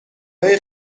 های